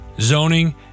zoning